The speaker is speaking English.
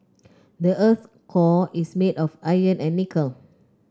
the earth's core is made of iron and nickel